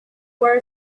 were